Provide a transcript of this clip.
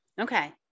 Okay